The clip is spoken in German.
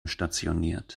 stationiert